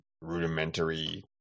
rudimentary